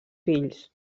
fills